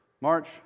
March